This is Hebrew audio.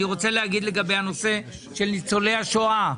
אני רוצה לומר לגבי הנושא של ניצולי השואה.